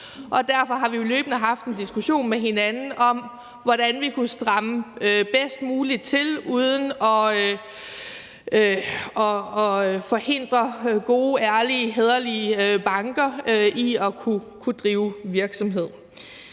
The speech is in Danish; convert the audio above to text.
derfor har vi jo løbende haft en diskussion med hinanden om, hvordan vi kunne stramme bedst muligt op uden at forhindre gode, ærlige, hæderlige banker i at kunne drive virksomhed.